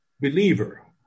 believer